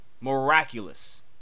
miraculous